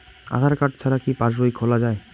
আধার card ছাড়া কি পাসবই খোলা যায়?